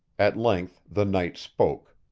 at length the knight spoke